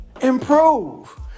improve